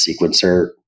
sequencer